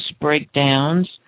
breakdowns